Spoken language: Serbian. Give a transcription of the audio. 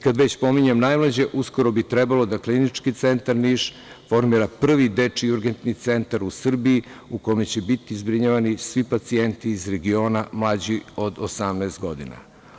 Kada već pominjem najmlađe, uskoro bi trebalo da Klinički centar Niš, formira prvi dečiji urgentni centar u Srbiji u kome će biti zbrinjavani svi pacijenti iz regiona mlađi od 18. godina.